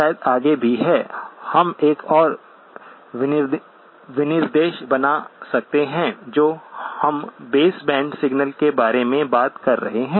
और शायद आगे भी है हम एक और विनिर्देश बना सकते हैं जो हम बेस बैंड सिग्नल्स के बारे में बात कर रहे हैं